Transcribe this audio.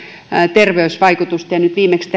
terveysvaikutusta ja nyt viimeksi